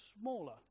smaller